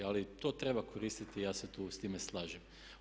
Ali to treba koristiti, ja se tu s time slažem.